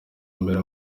mbere